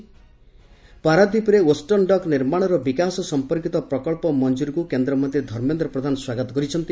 ପାରାଦୀପରେ western dock ନିର୍ମାଣର ବିକାଶ ସମ୍ପର୍କିତ ପ୍ରକଳ୍ପ ମଞ୍ଜୁରିକୁ କେନ୍ଦ୍ରମନ୍ତ୍ରୀ ଧର୍ମେନ୍ଦ୍ର ପ୍ରଧାନ ସ୍ୱାଗତ କରିଛନ୍ତି